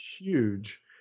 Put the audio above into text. huge